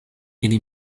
ili